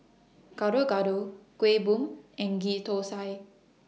Gado Gado Kuih Bom and Ghee Tosai